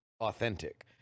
authentic